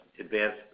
advanced